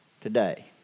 today